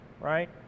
right